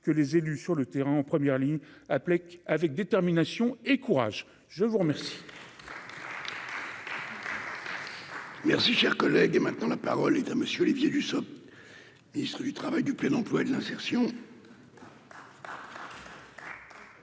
que les élus sur le terrain en première ligne, applique avec détermination et courage, je vous remercie. Merci, cher collègue, et maintenant la parole est à monsieur Olivier Dussopt Ministre du Travail du plein emploi, de l'insertion.